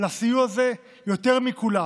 לסיוע הזה יותר מכולם,